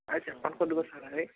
చెప్పండి